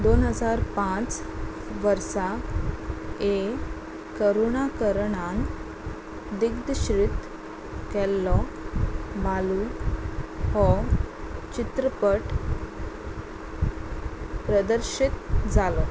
दोन हजार पांच वर्सा हे करुणाकरणान दिग्दश्रीत केल्लो मालू हो चित्रपट प्रदर्शीत जालो